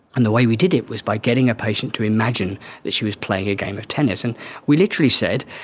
and the way we did it was by getting a patient to imagine that she was playing a game of tennis. and we literally said,